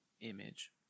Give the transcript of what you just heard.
image